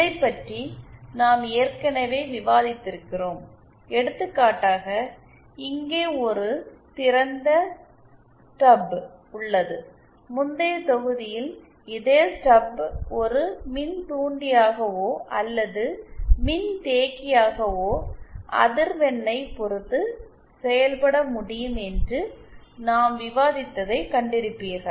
இதைப்பற்றி நாம் ஏற்கனவே விவாதித்திருக்கிறோம் எடுத்துக்காட்டாக இங்கே ஒரு திறந்த ஸ்டப் உள்ளது முந்தைய தொகுதியில் இதே ஸ்டப் ஒரு மின்தூண்டியாகவோ அல்லது மின்தேக்கியாகவோ அதிர்வெண்ணைப் பொறுத்து செயல்பட முடியும் என்று நாம் விவாதித்ததைக் கண்டிருப்பீர்கள்